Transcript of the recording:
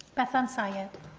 bethan sayed